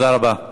תודה רבה.